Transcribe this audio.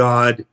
God